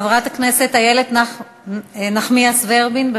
חברת הכנסת איילת נחמיאס ורבין,